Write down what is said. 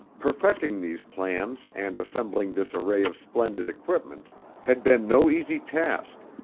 perfecting these plans and assembling this array of splendid equipment had been no easy task,